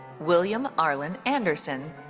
william arlen anderson.